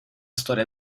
storia